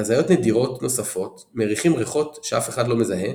בהזיות נדירות נוספות מריחים ריחות שאף אחד לא מזהה